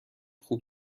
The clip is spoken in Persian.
خوب